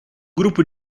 grupo